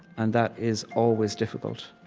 and that is always difficult,